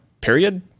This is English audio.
period